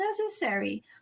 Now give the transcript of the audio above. necessary